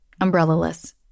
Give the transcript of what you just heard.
umbrella-less